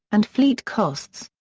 and fleet costs.